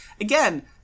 again